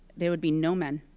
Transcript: there would be no men.